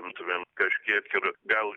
būtumėm kažkiek ir gal